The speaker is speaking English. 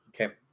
Okay